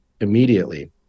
immediately